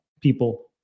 people